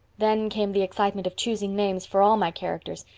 then came the excitement of choosing names for all my characters.